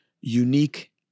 unique